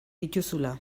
dituzula